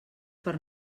per